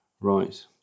right